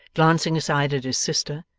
glancing aside at his sister,